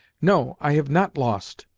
no, i have not lost!